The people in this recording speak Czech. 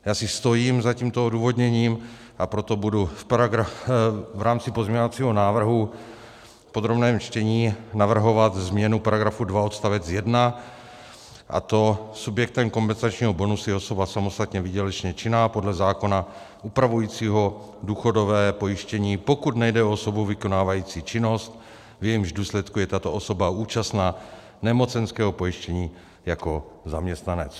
Já si stojím za tímto odůvodněním, a proto budu v rámci pozměňovacího návrhu v podrobném čtení navrhovat změnu § 2 odst. 1, a to: Subjektem kompenzačního bonusu je osoba samostatně výdělečně činná podle zákona upravujícího důchodové pojištění, pokud nejde o osobu vykonávající činnost, v jejímž důsledku je tato osoba účastna nemocenského pojištění jako zaměstnanec.